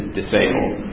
disabled